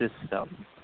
system